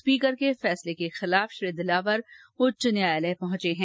speaker के फैसले के खिलाफ श्री दिलावर उच्च न्यायालय पहुंचे हैं